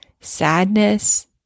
sadness